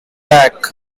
back